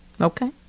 Okay